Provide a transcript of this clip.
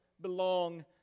belong